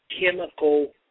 chemical